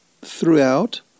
throughout